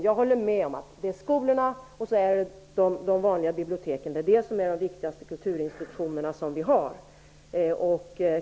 Jag håller också med om att skolbiblioteken och de vanliga biblioteken är de viktigaste kulturinstitutionerna som vi har.